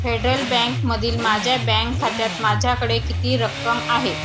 federal बँकमधील माझ्या bank खात्यात माझ्याकडे किती रक्कम आहे